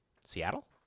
Seattle